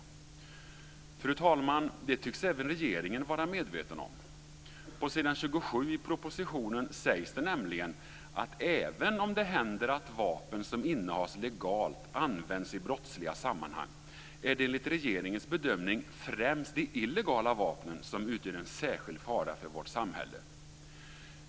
Fru talman! Detta tycks även regeringen vara medveten om. På s. 27 i propositionen sägs det nämligen att "även om det händer att vapen som innehas legalt används i brottsliga sammanhang, är det enligt regeringens bedömning främst de illegala vapnen som utgör en särskild fara för vårt samhälle".